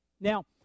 now